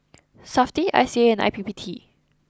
Safti I C A and I P P T